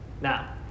Now